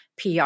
PR